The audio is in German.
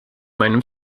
meinem